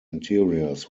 interiors